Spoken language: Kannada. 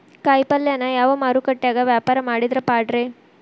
ಕಾಯಿಪಲ್ಯನ ಯಾವ ಮಾರುಕಟ್ಯಾಗ ವ್ಯಾಪಾರ ಮಾಡಿದ್ರ ಪಾಡ್ರೇ?